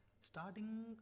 starting